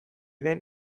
den